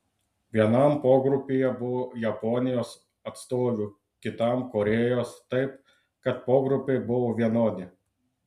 vienam pogrupyje buvo japonijos atstovių kitam korėjos taip kad pogrupiai buvo vienodi